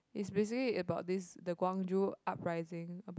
it's basically about this the Gwangju uprising about